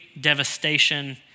devastation